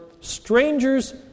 strangers